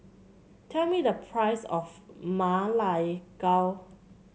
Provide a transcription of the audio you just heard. tell me the price of Ma Lai Gao